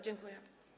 Dziękuję.